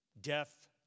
death